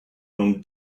whom